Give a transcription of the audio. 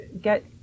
get